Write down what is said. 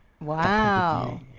Wow